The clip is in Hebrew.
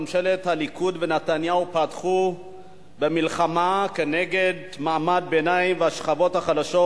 ממשלת הליכוד ונתניהו פתחו במלחמה כנגד מעמד הביניים והשכבות החלשות.